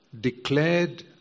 Declared